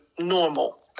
normal